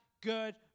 good